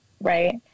right